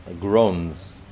groans